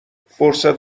فرصت